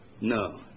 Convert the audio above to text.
No